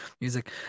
music